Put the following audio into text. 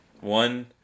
One